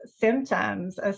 symptoms